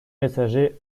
messager